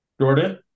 jordan